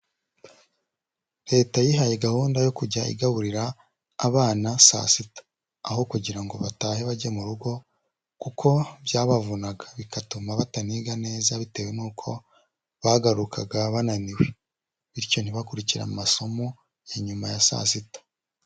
Leta yihaye gahunda yo kujya igaburira abana saa sita. Aho kugira ngo batahe bajya mu rugo kuko byabavunaga bigatuma batanga neza bitewe n'uko bagarukaga bananiwe bityo ntibakurikire amasomo ya nyuma ya saa sita.